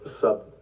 sub